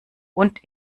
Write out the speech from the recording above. und